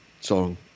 song